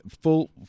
full